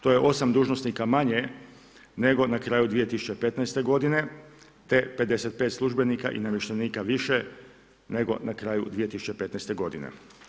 To je 8 dužnosnika manje nego na kraju 2015. godine te 55 službenika i namještenika više nego na kraju 2015. godine.